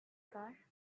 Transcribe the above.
car